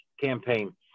campaign